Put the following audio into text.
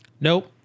Nope